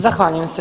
Zahvaljujem se.